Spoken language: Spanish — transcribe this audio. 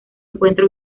encuentra